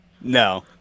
no